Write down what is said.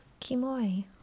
Kimoi